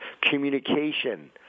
Communication